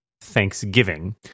Thanksgiving